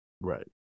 Right